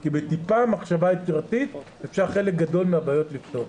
כי בטיפה מחשבה יצירתית אפשר לפתור חלק גדול מהבעיות.